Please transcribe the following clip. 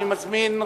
אני מזמין,